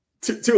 Two